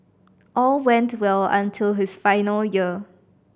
all went well until his final year